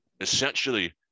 essentially